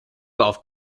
golf